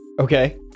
Okay